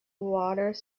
waters